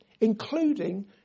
including